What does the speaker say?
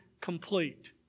complete